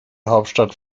hauptstadt